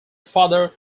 father